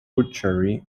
tributary